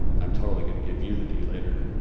i'm totally gonna give you the d later.